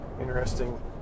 interesting